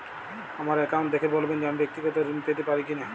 আমার অ্যাকাউন্ট দেখে বলবেন যে আমি ব্যাক্তিগত ঋণ পেতে পারি কি না?